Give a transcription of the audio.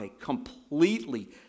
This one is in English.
completely